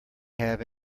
have